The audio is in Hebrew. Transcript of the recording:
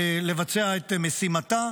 לבצע את משימתה,